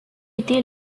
été